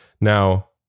Now